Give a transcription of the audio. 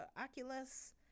Oculus